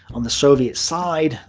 on the soviet side, ah